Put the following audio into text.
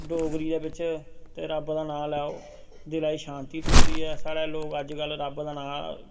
डोगरी दे बिच ते रब्ब दा नां लैओ दिला गी शांति थ्होंदी ऐ स्हाढ़ै लोग अज्ज कल्ल रब्ब दा नां